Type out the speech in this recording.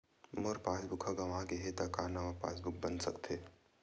मोर passbook ह गंवा गे हे त का नवा पास बुक बन सकथे?